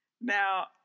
Now